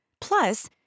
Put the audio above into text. Plus